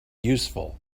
useful